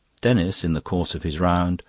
denis, in the course of his round,